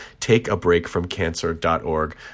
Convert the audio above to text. takeabreakfromcancer.org